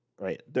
Right